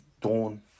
dawn